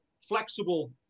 flexible